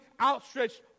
outstretched